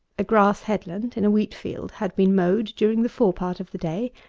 a grass head-land, in a wheat-field, had been mowed during the forepart of the day,